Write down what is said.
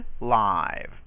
live